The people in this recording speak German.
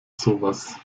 sowas